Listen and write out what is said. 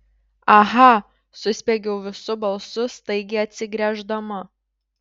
aha suspiegiau visu balsu staigiai atsigręždama